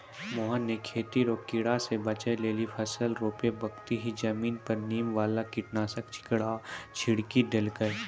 मोहन नॅ खेती रो कीड़ा स बचै लेली फसल रोपै बक्ती हीं जमीन पर नीम वाला कीटनाशक छिड़की देलकै